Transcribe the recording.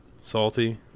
salty